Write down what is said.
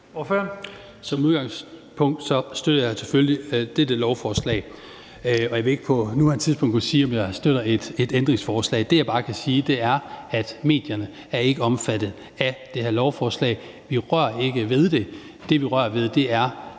Som udgangspunkt støtter jeg selvfølgelig dette lovforslag, og jeg vil ikke på nuværende tidspunkt kunne sige, om jeg støtter et ændringsforslag. Det, jeg bare kan sige, er, at medierne ikke er omfattet af det her lovforslag. Vi rører ikke ved det. Det, vi rører ved, er,